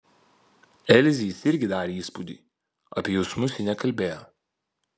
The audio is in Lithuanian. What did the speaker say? elzei jis irgi darė įspūdį apie jausmus ji nekalbėjo